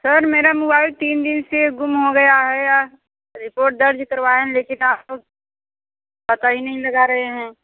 sir मेरा mobile तीन दिन से गुम हो गया है रिपोट दर्ज करवाए हैं लेकिन आप तो पता ही नहीं लगा रहे हैं